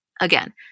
Again